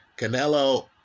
Canelo